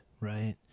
Right